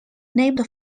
named